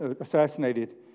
assassinated